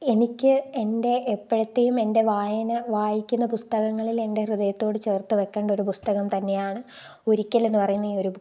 എനിക്ക് എൻറ്റെ എപ്പോഴത്തെയും എൻറ്റെ വായന വായിക്കുന്ന പുസ്തകങ്ങളിൽ എൻറ്റെ ഹൃദയത്തോട് ചേർത്ത് വെയ്ക്കേണ്ടൊരു പുസ്തകം തന്നെയാണ് ഒരിക്കലെന്ന് പറയുന്ന ഈയൊരു ബുക്ക്